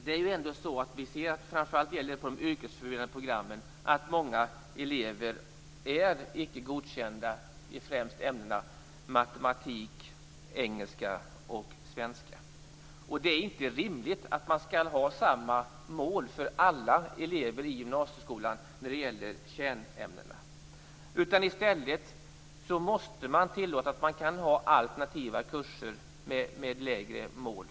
Det är ju ändå så att vi ser - det gäller framför allt de yrkesförberedande programmen - att många elever är icke godkända i främst ämnena matematik, engelska och svenska. Det är inte rimligt att ha samma mål för alla elever i gymnasieskolan när det gäller kärnämnena. I stället måste vi tillåta att man kan ha alternativa kurser med lägre mål.